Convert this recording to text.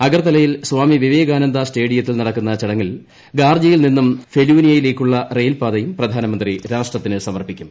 അഗർത്തലയിൽ സ്വാമി വിവേകാനന്ദ സ്റ്റേഡിയത്തിൽ നടക്കുന്ന ചടങ്ങിൽ ഗാർജിയിൽ നിന്നും ബെലോനിയയിലേക്കുള്ള റെയിൽപ്പാതയും പ്രധാനമന്ത്രി രാഷ്ട്രത്തിനു സമർപ്പിക്കും